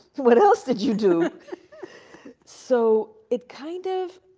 what else did you do? so, it kind of,